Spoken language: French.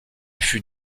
fut